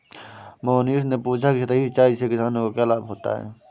मोहनीश ने पूछा कि सतही सिंचाई से किसानों को क्या लाभ होता है?